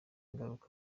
ingaruka